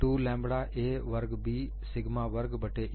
2 lambda a वर्ग B sigma वर्ग बट्टे E